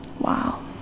Wow